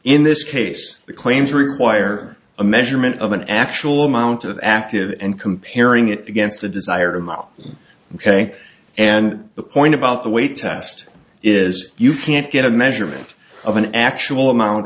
in this case the claims require a measurement of an actual amount of active and comparing it against a desire ok and the point about the way test is you can't get a measurement of an actual amount